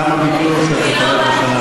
כמה ביטלו בשנה שעברה.